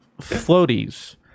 floaties